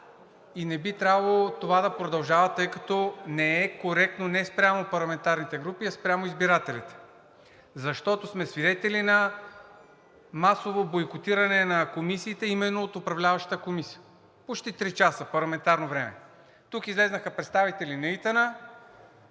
и не би трябвало това да продължава, тъй като не е коректно не спрямо парламентарните групи, а спрямо избирателите. Защото сме свидетели на масово бойкотиране на комисиите именно от управляващата коалиция. Почти три часа парламентарно време. Тук излязоха представители на ИТН